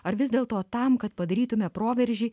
ar vis dėlto tam kad padarytume proveržį